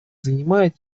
занимает